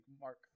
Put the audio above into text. Mark